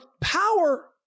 power